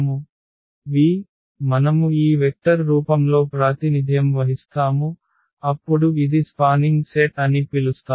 v మనము ఈ vector రూపంలో ప్రాతినిధ్యం వహిస్తాము అప్పుడు ఇది స్పానింగ్ సెట్ అని పిలుస్తాము